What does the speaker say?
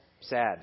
sad